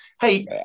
Hey